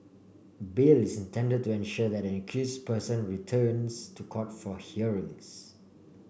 bail is intended to ensure that an accused person returns to court for hearings